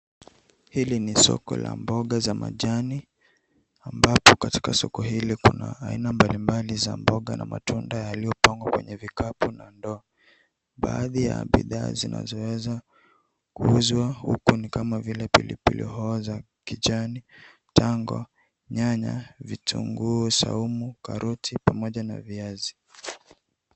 Hili ni soko la mboga za majani, ambapo katika soko hili kuna aina mbalimbali za mboga na matunda yaliyopangwa kwenye vikapu na ndoo. Baadhi ya bidhaa zinazoweza kuuzwa huku, ni kama vile pilipili hoho za kijani, tango, nyanya, vitunguu saumu, karoti pamoja na viazi.